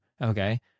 okay